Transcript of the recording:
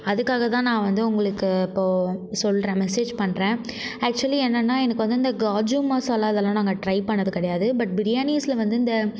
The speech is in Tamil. அதுக்காக தான் நான் வந்து உங்களுக்கு இப்போது சொல்கிறேன் மெசேஜ் பண்ணுறேன் ஆக்ஷுவலி என்னென்னா எனக்கு வந்து இந்த காஜு மசாலா இதெல்லாம் நாங்கள் ட்ரை பண்ணிணது கிடையாது பட் பிரியாணிஸில் வந்து இந்த